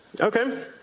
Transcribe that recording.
okay